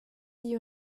die